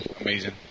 Amazing